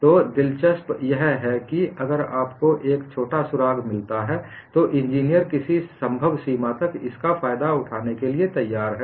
तो दिलचस्प यह है कि अगर आपको कोई छोटा सुराग मिलता है तो इंजीनियर किसी सम्भव सीमा तक इसका फायदा उठाने के लिए तैयार हैं